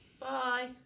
Bye